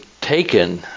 taken